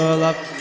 love